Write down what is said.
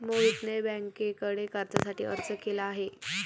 मोहितने बँकेकडे कर्जासाठी अर्ज केला आहे